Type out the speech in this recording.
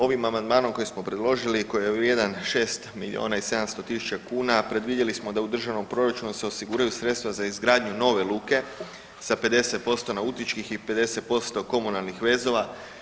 Ovim amandmanom koji smo predložili i koji je vrijedan 6 milijuna i 700 tisuća kuna predvidjeli smo sa se u državnom proračunu osiguraju sredstva za izgradnju nove luke sa 50% nautičkih i 50% komunalnih vezova.